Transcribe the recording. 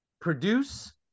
produce